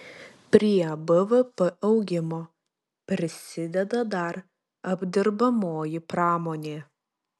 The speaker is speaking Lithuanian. prie bvp augimo prisideda dar apdirbamoji pramonė